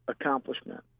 accomplishment